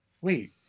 wait